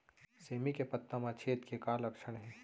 सेमी के पत्ता म छेद के का लक्षण हे?